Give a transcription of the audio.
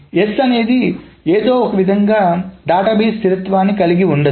S అనేది ఏదో ఒక విధంగా డేటాబేస్ స్థిరత్వాన్నికలిగి ఉండదు